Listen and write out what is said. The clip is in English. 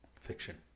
Fiction